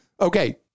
okay